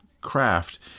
craft